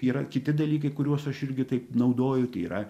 yra kiti dalykai kuriuos aš irgi taip naudoju tai yra